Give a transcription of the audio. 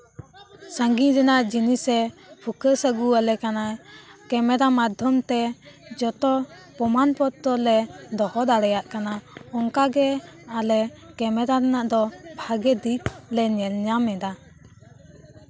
ᱥᱟ ᱜᱤᱧ ᱨᱮᱱᱟᱜ ᱡᱤᱱᱤᱥᱮ ᱯᱷᱳᱠᱟᱹᱥ ᱟᱹᱜᱩᱣᱟᱞᱮ ᱠᱟᱱᱟᱭ ᱠᱮᱢᱮᱨᱟ ᱢᱟᱫᱽᱫᱷᱚᱢ ᱛᱮ ᱡᱚᱛᱚ ᱯᱚᱢᱟᱱ ᱯᱚᱛᱛᱚᱨ ᱞᱮ ᱫᱚᱦᱚ ᱫᱟᱲᱮᱭᱟᱜ ᱠᱟᱱᱟ ᱚᱱᱠᱟᱜᱮ ᱟᱞᱮ ᱠᱮᱢᱮᱨᱟ ᱨᱮᱱᱟᱜ ᱫᱚ ᱵᱷᱟᱜᱮ ᱫᱤᱠ ᱞᱮ ᱧᱮᱞ ᱧᱟᱢ ᱮᱫᱟ